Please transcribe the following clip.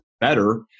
better